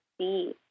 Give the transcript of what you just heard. see